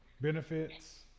benefits